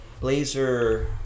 Blazer